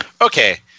Okay